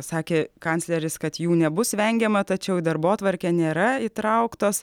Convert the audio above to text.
sakė kancleris kad jų nebus vengiama tačiau į darbotvarkę nėra įtrauktos